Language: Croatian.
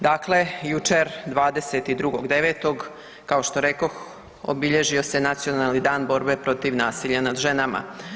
Dakle, jučer 22.9. kao što rekoh, obilježio se Nacionalni dan borbe protiv nasilja nad ženama.